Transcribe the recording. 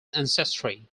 ancestry